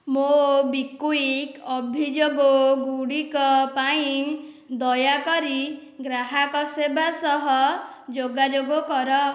MobiKwik ଅଭିଯୋଗ ଗୁଡ଼ିକ ପାଇଁ ଦୟାକରି ଗ୍ରାହକ ସେବା ସହ ଯୋଗାଯୋଗ କର